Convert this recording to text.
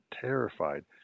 terrified